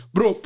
Bro